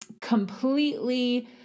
completely